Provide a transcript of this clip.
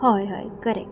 हय हय करॅक्ट